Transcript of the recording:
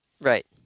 Right